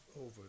over